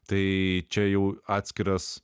tai čia jau atskiras